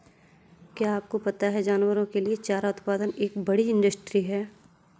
क्या आपको पता है जानवरों के लिए चारा उत्पादन एक बड़ी इंडस्ट्री है?